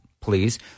please